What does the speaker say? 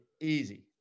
easy